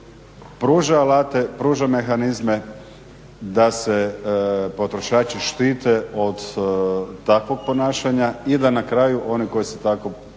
pruža mehanizme, da se potrošači štite od takvog ponašanja i da na kraju oni koji se tako